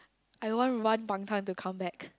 I want one bangtan to come back